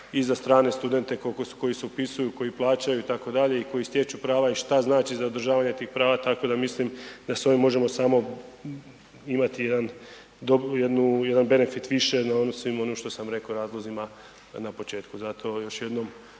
i za strane studente koji se upisuju koji plaćaju itd. i koji stječu prava i šta znači zadržavanje tih prava, tako da mislim da s ovim možemo samo imati jedan benefit više na … ono to sam rekao razlozima na početku. Zato još jednom